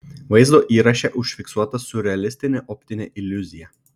vaizdo įraše užfiksuota siurrealistinė optinė iliuzija